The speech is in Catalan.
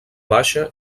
baixa